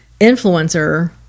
influencer